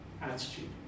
attitude